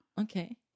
Okay